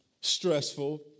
stressful